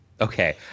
Okay